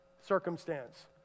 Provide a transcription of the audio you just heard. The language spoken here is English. circumstance